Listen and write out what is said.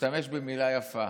להשתמש במילה יפה,